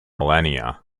millennia